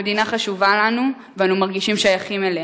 המדינה חשובה לנו ואנו מרגישים שייכים אליה,